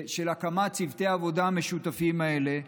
של הקמת צוותי העבודה המשותפים האלה,